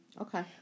Okay